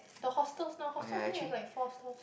the holster now holster need to like four four